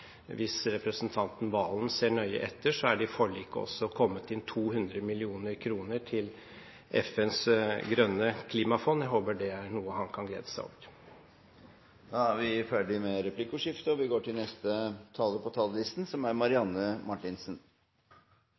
hvis representanten Serigstad Valen ser nøye etter, er det i forliket også kommet inn 200 mill. kr til FNs grønne klimafond. Jeg håper det er noe han kan glede seg over. Replikkordskiftet er omme. Jeg husker godt tilbake til finansdebatten i fjor. Da var det mange av representantene fra regjeringspartiene som var oppe på denne talerstolen og